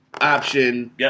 option